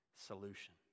solution